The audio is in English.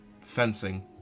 fencing